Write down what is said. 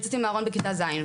יצאתי מהארון בכיתה ז'.